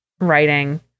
writing